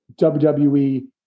WWE